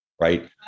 right